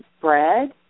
bread